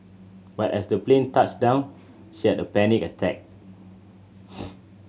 but as the plane touched down she had a panic attack